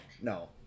no